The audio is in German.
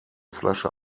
flasche